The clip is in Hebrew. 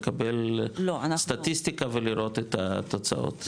לקבל סטטיסטיקה ולראות את התוצאות.